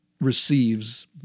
receives